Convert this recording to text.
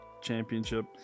championship